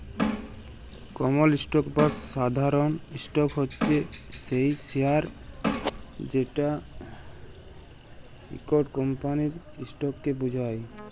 কমল stock বা সাধারল stock হছে সেই শেয়ারট যেট ইকট কমপালির ইসটককে বুঝায়